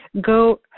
go